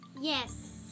Yes